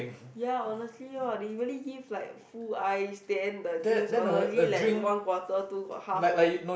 ya honestly lor they really give like full ice then the drinks honestly like one quarter two got half only